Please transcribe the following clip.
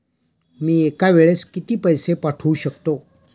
मी एका वेळेस किती पैसे पाठवू शकतो?